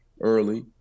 early